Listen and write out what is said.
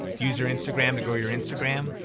use your instagram to grow your instagram.